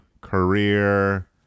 career